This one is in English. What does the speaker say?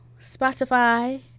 Spotify